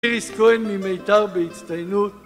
איריס כהן ממיתר בהצטיינות